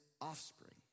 offspring